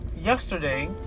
Yesterday